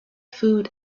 food